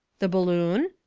the balloon?